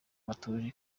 batuje